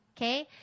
Okay